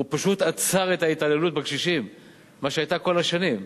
הוא פשוט עצר את ההתעללות בקשישים שהיתה כל השנים,